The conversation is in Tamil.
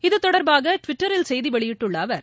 இதுதொடர்பாக டுவிட்டரில் செய்தி வெளியிட்டுள்ள அவர்